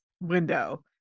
window